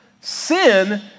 Sin